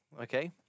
Okay